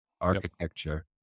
architecture